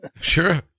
Sure